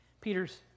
Peter's